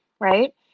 Right